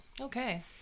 Okay